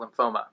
lymphoma